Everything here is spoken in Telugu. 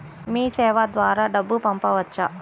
మీసేవ ద్వారా డబ్బు పంపవచ్చా?